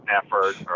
effort